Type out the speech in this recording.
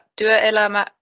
työelämä